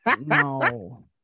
No